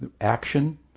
action